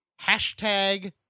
Hashtag